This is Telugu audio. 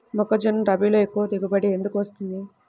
మొక్కజొన్న రబీలో ఎక్కువ దిగుబడి ఎందుకు వస్తుంది?